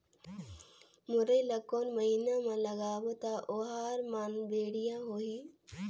मुरई ला कोन महीना मा लगाबो ता ओहार मान बेडिया होही?